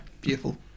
Beautiful